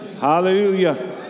Hallelujah